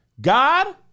God